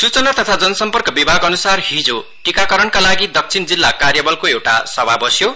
सूचना तथा जन सम्पर्क विभागअनुसार हिजो टीकाकरणका लागि दक्षिण जिल्ला कार्य बलको एउटा सभा बस्यो